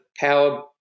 power